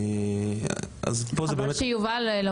פה זה לא